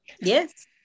Yes